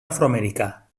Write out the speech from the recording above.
afroamericà